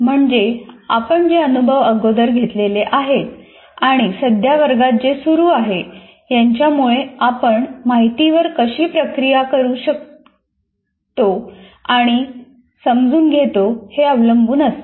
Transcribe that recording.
म्हणजे आपण जे अनुभव अगोदर घेतलेले आहेत आणि सध्या वर्गात जे सुरू आहे यांच्यामुळे आपण माहितीवर कशी प्रक्रिया करतो आणि समजून घेतो हे अवलंबून असते